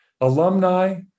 Alumni